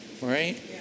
right